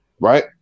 right